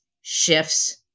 shifts